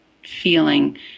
feeling